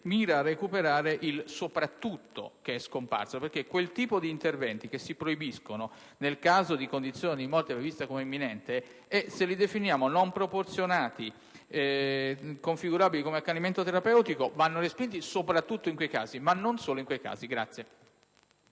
mira a recuperare il "soprattutto", che è scomparso, perché quel tipo di interventi che si proibisce nel caso di condizioni di morte prevista come imminente, se li definiamo non proporzionati o configurabili come accanimento terapeutico, vanno respinti "soprattutto" in quei casi, ma non solo.